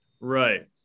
Right